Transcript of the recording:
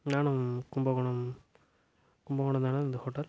நானும் கும்பகோணம் கும்பகோணம் தான இந்த ஹோட்டல்